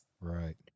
Right